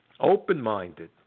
open-minded